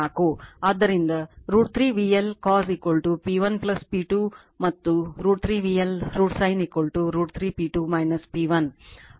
ಆದ್ದರಿಂದ √ 3 VL cos P1 P2 ಮತ್ತು √ 3 VL √ sin √ 3 P2 P1